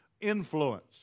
influence